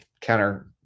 counter